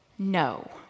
No